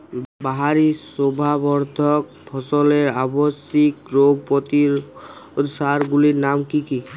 বাহারী শোভাবর্ধক ফসলের আবশ্যিক রোগ প্রতিরোধক সার গুলির নাম কি কি?